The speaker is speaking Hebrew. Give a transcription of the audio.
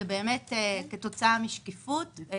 זה כתוצאה משקיפות.